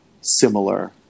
similar